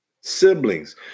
siblings